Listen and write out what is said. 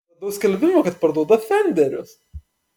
radau skelbimą kad parduoda fenderius